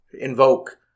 invoke